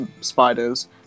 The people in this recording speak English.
spiders